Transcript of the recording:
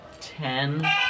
Ten